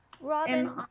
robin